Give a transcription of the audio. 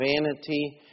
vanity